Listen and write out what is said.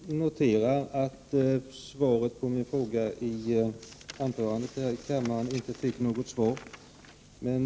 Herr talman! Jag bara noterar att min fråga inte fick något svar i statsrådets anförande här i kammaren.